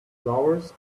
flowers